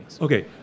okay